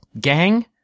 gang